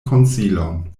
konsilon